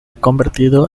convertido